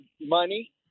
money